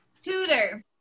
Tutor